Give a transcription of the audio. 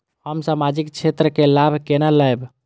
हम सामाजिक क्षेत्र के लाभ केना लैब?